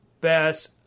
best